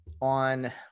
on